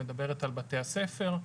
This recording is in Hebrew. את מדברת על בתי הספר.